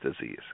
disease